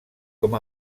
com